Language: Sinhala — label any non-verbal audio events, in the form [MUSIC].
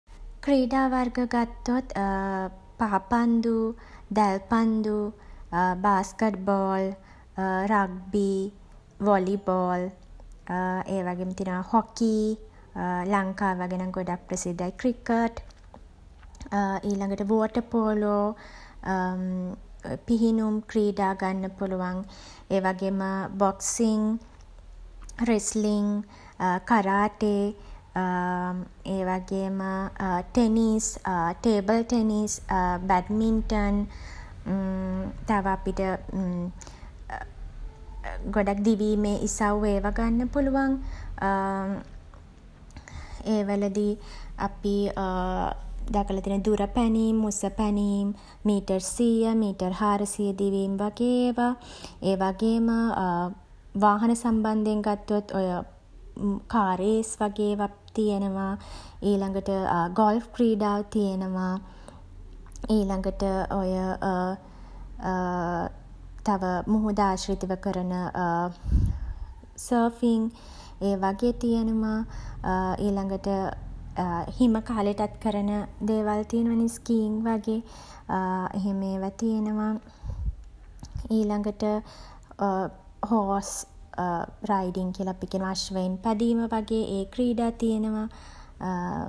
ක්‍රීඩා වර්ග ගත්තොත් [HESITATION] පාපන්දු [HESITATION] දැල් පන්දු [HESITATION] basket ball [HESITATION] rugby [HESITATION] volley ball [HESITATION] ඒ වගේම තියෙනවා හොකී [HESITATION] ලංකාව වගේ නම් ගොඩක් ප්‍රසිද්ධයි ක්‍රිකට් [HESITATION] ඊළගට වෝටර් පෝලෝ [HESITATION] පිහිනුම් ක්‍රීඩා [HESITATION] ගන්න පුළුවන්. ඒ වගේම [HESITATION] බොක්සිං [HESITATION] රෙස්ලින් [HESITATION] කරාටේ [HESITATION] ඒ වගේම [HESITATION] ටෙනිස් [HESITATION] ටේබල් ටෙනිස් [HESITATION] බැට්මින්ටන් [HESITATION] තව අපිට [HESITATION] ගොඩක් දිවීමේ ඉසව් ඒවා ගන්න පුළුවන් [HESITATION] ඒ වලදී අපි [HESITATION] දැකල තියෙනවා දුර පැනීම් [HESITATION] උස පැනීම් [HESITATION] මීටර් 100 මීටර් 400 දිවීම් වගේ ඒවා. ඒ වගේම [HESITATION] වාහන සම්බන්ධයෙන් ගත්තොත් ඔය [HESITATION] කාර් රේස් වගේ ඒවා [HESITATION] තියෙනවා. ඊළගට [HESITATION] ගොල්ෆ් ක්‍රීඩාව තියෙනවා. ඊළගට ඔය [HESITATION] තව [HESITATION] මුහුද ආශ්‍රිතව කරන [HESITATION] සර්ෆින් [HESITATION] ඒ වගේ තියෙනවා. ඊළගට [HESITATION] හිම කාලෙටත් කරන ඒවා තියෙනවනේ ස්කීන් වගේ. එහෙම ඒවා තියෙනවා. ඊළගට [HESITATION] හෝස් [HESITATION] රයිඩින් කියල අපි කියනවා [HESITATION] අශ්වයින් පැදීම වගේ ඒ ක්‍රීඩා තියෙනවා.